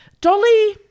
Dolly